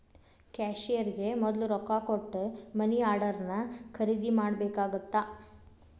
ಕ್ಯಾಶಿಯರ್ಗೆ ಮೊದ್ಲ ರೊಕ್ಕಾ ಕೊಟ್ಟ ಮನಿ ಆರ್ಡರ್ನ ಖರೇದಿ ಮಾಡ್ಬೇಕಾಗತ್ತಾ